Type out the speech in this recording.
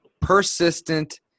persistent